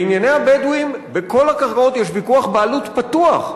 בענייני הבדואים בכל הקרקעות יש ויכוח בעלות פתוח,